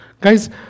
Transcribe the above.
Guys